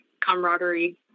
camaraderie